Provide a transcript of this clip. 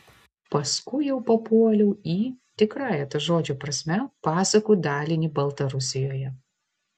paskui jau papuoliau į tikrąja žodžio prasme pasakų dalinį baltarusijoje